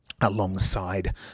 Alongside